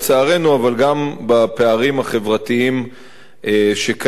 גם בפערים החברתיים שקיימים בה.